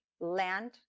land